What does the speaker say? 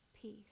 Peace